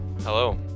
Hello